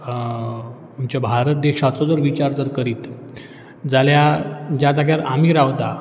आमच्या भारत देशाचो जर विचार जर करीत जाल्यार ज्या जाग्यार आमी रावता